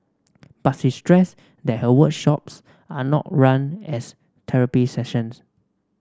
but she stressed that her workshops are not run as therapy sessions